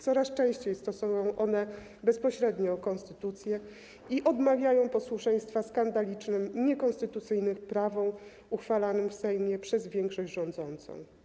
Coraz częściej stosują one bezpośrednio konstytucję i odmawiają posłuszeństwa skandalicznym niekonstytucyjnym prawom uchwalanym w Sejmie przez większość rządzącą.